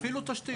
אפילו תשתית.